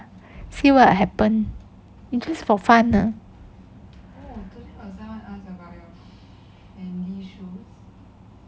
see what will happen it's just for fun ah